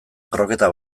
kroketa